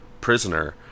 prisoner